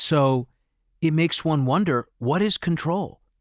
so it makes one wonder what is control?